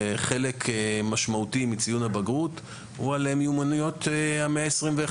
וחלק משמעותי מציון הבגרות הוא על מיומנויות המאה ה-21,